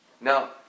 Now